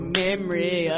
memory